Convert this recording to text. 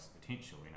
potential